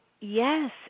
yes